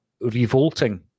revolting